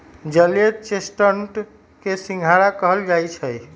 जलीय चेस्टनट के सिंघारा कहल जाई छई